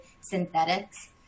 synthetics